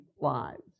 lives